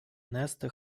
нести